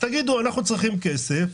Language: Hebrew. תגידו שאתם צריכים כסף,